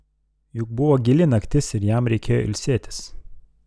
juk buvo gili naktis ir jam reikėjo ilsėtis